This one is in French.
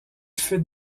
fuite